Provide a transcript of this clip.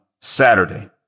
Saturday